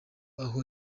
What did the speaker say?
aho